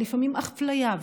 ולפעמים אפליה,